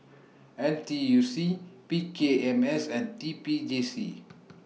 N T U C P K M S and T P J C